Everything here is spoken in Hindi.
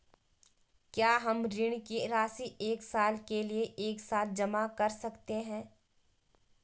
क्या हम ऋण की राशि एक साल के लिए एक साथ जमा कर सकते हैं?